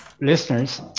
listeners